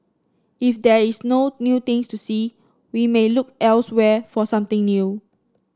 if there is no new things to see we may look elsewhere for something new